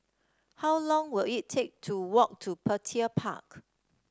how long will it take to walk to Petir Park